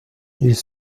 ils